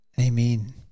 Amen